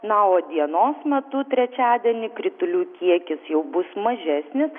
na o dienos metu trečiadienį kritulių kiekis jau bus mažesnis